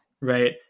right